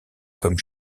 comme